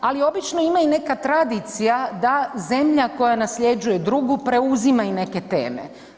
Ali obično ima i neka tradicija da zemlja koja nasljeđuje druga preuzima i neke teme.